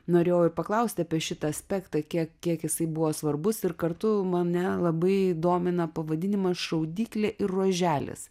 norėjau ir paklausti apie šitą aspektą kiek kiek jisai buvo svarbus ir kartu mane labai domina pavadinimas šaudyklė ir ruoželis